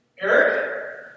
Eric